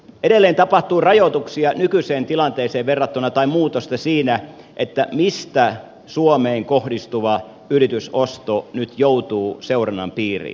edelleen tapahtuu muutosta nykyiseen tilanteeseen verrattuna siinä mistä suomeen kohdistuva yritysosto nyt joutuu seurannan piiriin